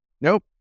Nope